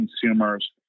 consumers